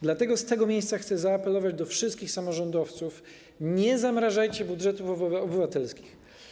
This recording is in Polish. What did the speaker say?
Dlatego z tego miejsca chcę zaapelować do wszystkich samorządowców: nie zamrażajcie budżetów obywatelskich.